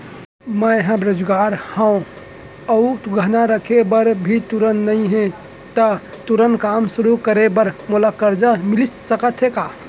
मैं ह बेरोजगार हव अऊ गहना रखे बर भी तुरंत नई हे ता तुरंत काम शुरू करे बर मोला करजा मिलिस सकत हे का?